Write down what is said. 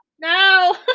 No